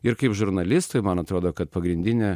ir kaip žurnalistui man atrodo kad pagrindinė